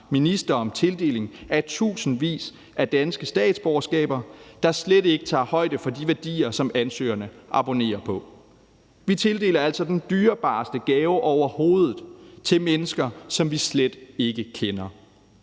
minister om tildelingen af tusindvis af danske statsborgerskaber, der slet ikke tager højde for de værdier, som ansøgerne abonnerer på. Vi tildeler altså den dyrebareste gave overhovedet til mennesker, som vi slet ikke kender.